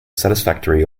satisfactory